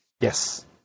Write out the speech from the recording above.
Yes